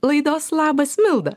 laidos labas milda